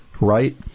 right